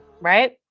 right